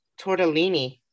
tortellini